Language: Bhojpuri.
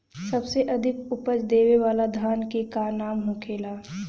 सबसे अधिक उपज देवे वाला धान के का नाम होखे ला?